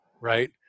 right